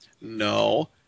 No